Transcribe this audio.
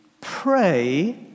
pray